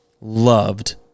loved